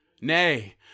Nay